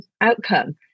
outcome